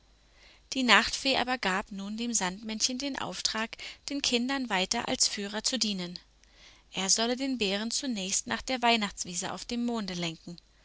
die nachtfee aber gab nun dem sandmännchen den auftrag den kindern weiter als führer zu dienen er solle den bären zunächst nach der weihnachtswiese auf dem monde lenken